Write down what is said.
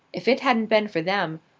if it hadn't been for them,